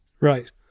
Right